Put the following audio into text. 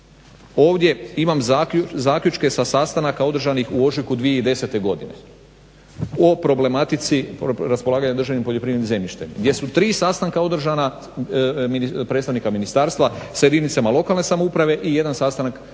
Ovdje imam zaključke sa sastanaka održanih u ožujku 2010. godine o problematici raspolaganja državnim poljoprivrednim zemljištem gdje su tri sastanka održana predstavnika ministarstva sa jedinicama lokalne samouprave i jedan sastanak